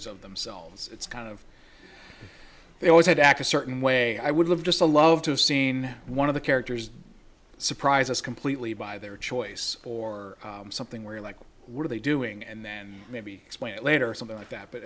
is of themselves it's kind of they always had to act a certain way i would have just a love to have seen one of the characters surprise us completely by their choice or something where like what are they doing and then maybe explain it later something like that but